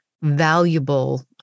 valuable